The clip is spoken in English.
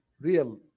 real